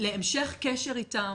להמשך קשר איתם.